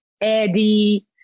Eddie